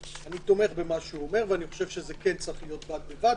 אני תומך במה שאומר ראש העיר ואני חושב שזה כן צריך להיות בד בבד,